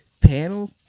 panel